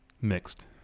Mixed